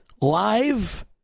live